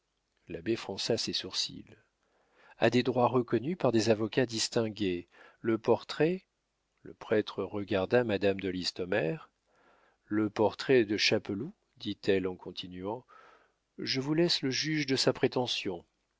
l'abbé fronça ses sourcils a des droits reconnus par des avocats distingués le portrait le prêtre regarda madame de listomère le portrait de chapeloud dit-elle en continuant je vous laisse le juge de sa prétention